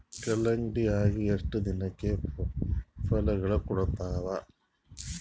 ಕಲ್ಲಂಗಡಿ ಅಗಿ ಎಷ್ಟ ದಿನಕ ಫಲಾಗೋಳ ಕೊಡತಾವ?